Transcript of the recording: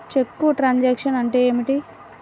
చెక్కు truncation అంటే ఏమిటి?